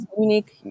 unique